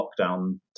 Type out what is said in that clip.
lockdown